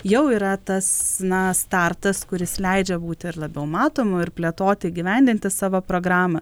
jau yra tas na startas kuris leidžia būti ir labiau matomu ir plėtoti įgyvendinti savo programą